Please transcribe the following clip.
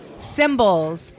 Symbols